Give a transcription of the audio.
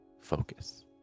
focus